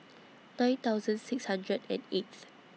nine thousand six hundred and eighth